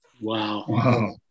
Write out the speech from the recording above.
Wow